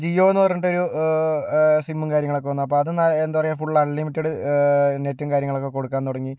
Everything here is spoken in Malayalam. ജിയോന്ന് പറഞ്ഞിട്ടൊരു സിമ്മും കാര്യങ്ങളൊക്കെ വന്നു അത് എന്താ പറയുക ഫുള്ള് അൺലിമിറ്റഡ് നെറ്റും കാര്യങ്ങളൊക്കെ കൊടുക്കാൻ തുടങ്ങി